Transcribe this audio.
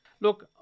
Look